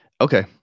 okay